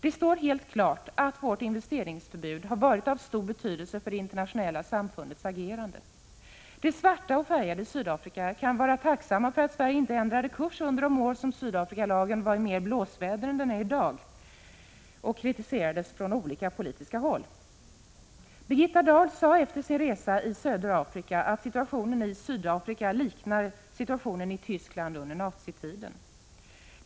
Det står helt klart att vårt investeringsförbud har varit av stor betydelse för det internationella samfundets agerande. De svarta och de färgade i Sydafrika kan vara tacksamma för att Sverige inte ändrade kurs under de år då Sydafrikalagen var i värre blåsväder än den är i dag och kritiserades från olika politiska håll. Birgitta Dahl sade efter sin resa i södra Afrika att situationen i Sydafrika liknar situationen i Tyskland under nazitiden.